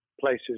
places